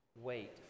Wait